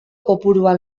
kopuruan